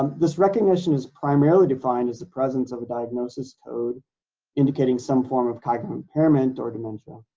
um this recognition is primarily defined as the presence of a diagnosis code indicating some form of cognitive impairment or dementia.